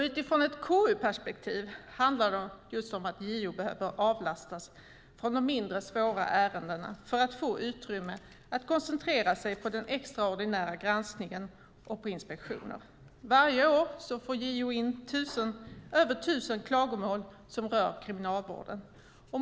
Utifrån ett KU-perspektiv handlar det om att JO behöver avlastas från de mindre svåra ärendena för att få utrymme att koncentrera sig på den extraordinära granskningen och på inspektioner. Varje år får JO in över tusen klagomål som rör kriminalvården.